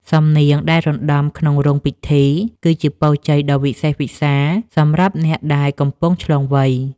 សំនៀងដែលរណ្ដំក្នុងរោងពិធី គឺជាពរជ័យដ៏វិសេសវិសាលសម្រាប់អ្នកដែលកំពុងឆ្លងវ័យ។